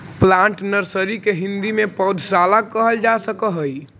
plant nursery के हिंदी में पौधशाला कहल जा सकऽ हइ